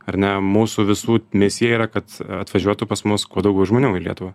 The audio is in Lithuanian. ar ne mūsų visų misija yra kad atvažiuotų pas mus kuo daugiau žmonių į lietuvą